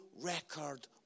record